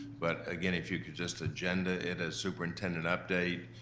but again, if you could just agenda it as superintendent update,